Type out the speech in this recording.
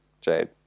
Jade